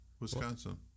Wisconsin